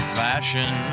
fashion